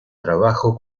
trabajo